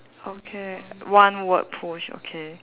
okay one word push okay